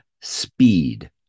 speed